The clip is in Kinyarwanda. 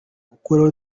gukuraho